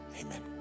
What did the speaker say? Amen